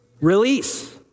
Release